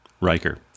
Riker